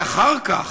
ואחר כך,